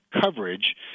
coverage